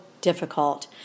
difficult